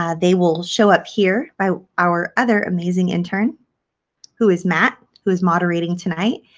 ah they will show up here by our other amazing intern who is matt who is moderating tonight.